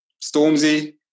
Stormzy